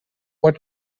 what